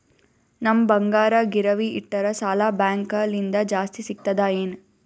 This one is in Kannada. ನಮ್ ಬಂಗಾರ ಗಿರವಿ ಇಟ್ಟರ ಸಾಲ ಬ್ಯಾಂಕ ಲಿಂದ ಜಾಸ್ತಿ ಸಿಗ್ತದಾ ಏನ್?